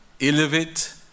elevate